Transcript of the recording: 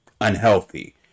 unhealthy